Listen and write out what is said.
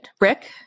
Rick